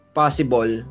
possible